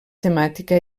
temàtica